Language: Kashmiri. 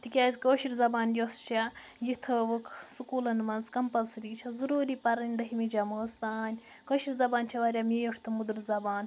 تِکیٛازِ کٲشِر زَبان یۄس چھِ یہِ تھٲوٕکھ سکوٗلَن منٛز کَمپَلسٔری یہِ چھِ ضروٗری پَرٕنۍ دٔہمہِ جَمٲژ تانۍ کٲشِر زَبان چھِ واریاہ میٖٹھ تہٕ مٔدٕر زَبان